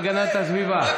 ועדת הפנים והגנת הסביבה.